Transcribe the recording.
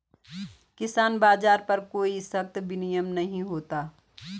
किसान बाज़ार पर कोई सख्त विनियम नहीं होता